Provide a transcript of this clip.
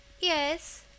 Yes